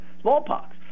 smallpox